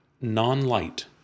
non-light